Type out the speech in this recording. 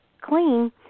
clean